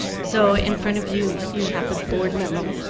so, in front of you you have the board memo.